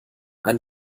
ein